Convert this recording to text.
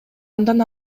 андан